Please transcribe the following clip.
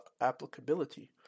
applicability